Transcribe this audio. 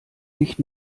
nicht